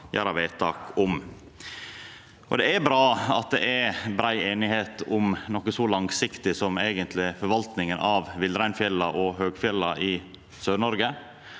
Det er bra at det er brei einigheit om noko så langsiktig som forvaltninga av villreinfjella og høgfjellet i Sør-Noreg.